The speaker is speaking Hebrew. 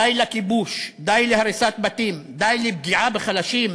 די לכיבוש, די להריסת בתים, די לפגיעה בחלשים,